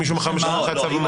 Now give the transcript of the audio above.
כי מישהו --- לפי צו המועצות.